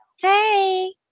Hey